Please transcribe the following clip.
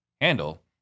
handle